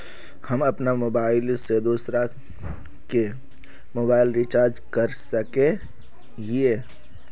हम अपन मोबाईल से दूसरा के मोबाईल रिचार्ज कर सके हिये?